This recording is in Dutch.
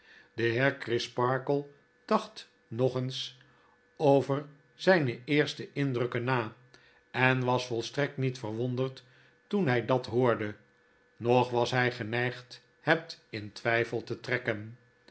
de heer crisparkle dacht nog eens over zyne eerste indrukken na en was volstrekt niet verwonderd toen by dat hoorde noch was hy geneigd het in twyfel te trekken